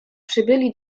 przybyli